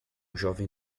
jovem